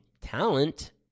talent